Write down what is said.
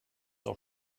auch